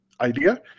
idea